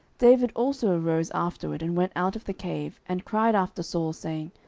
david also arose afterward, and went out of the cave, and cried after saul, saying,